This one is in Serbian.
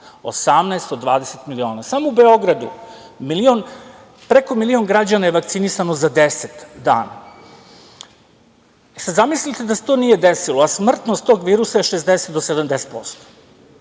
18 od 20 miliona. Samo u Beogradu preko milion građana je vakcinisano za 10 dana. Zamislite da se to nije desilo, a smrtnost tog virusa je 60 do 70%